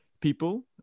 people